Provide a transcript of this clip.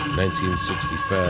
1965